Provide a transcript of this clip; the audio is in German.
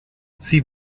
sie